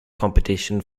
competition